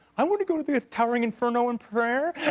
i want to go to the towering inferno and premiere.